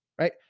Right